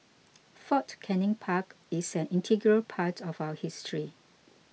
Fort Canning Park is an integral part of our history